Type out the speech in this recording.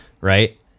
Right